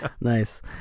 Nice